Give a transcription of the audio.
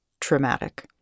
traumatic